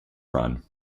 run